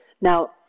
Now